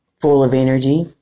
full-of-energy